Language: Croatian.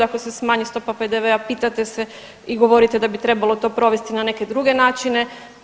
Ako se smanji stopa PDV-a pitate se i govorite da bi trebalo to provesti na neke druge načine.